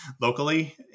locally